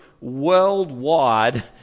worldwide